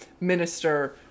minister